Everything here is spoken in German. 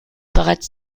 bereits